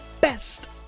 best